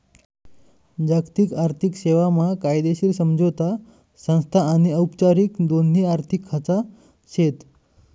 जागतिक आर्थिक सेवा मा कायदेशीर समझोता संस्था आनी औपचारिक दोन्ही आर्थिक खाचा शेत